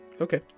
Okay